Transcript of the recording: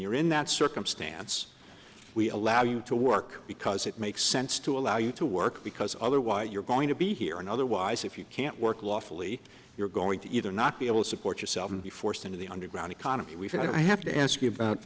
you're in that circumstance we allow you to work because it makes sense to allow you to work because otherwise you're going to be here and otherwise if you can't work lawfully you're going to either not be able to support yourself and be forced into the underground economy we feel i have to ask you about